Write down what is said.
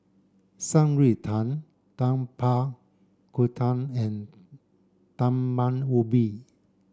Shan Rui Tang Tapak Kuda and Talam Ubi